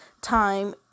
time